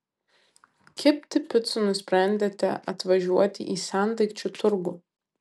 kepti picų nusprendėte atvažiuoti į sendaikčių turgų